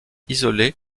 isolée